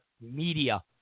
media